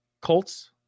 Colts